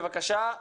בבקשה,